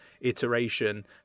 iteration